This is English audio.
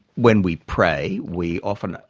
when we pray, we often,